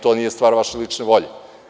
To nije stvar vaše lične volje.